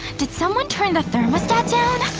did someone turn the thermostat down?